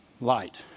Light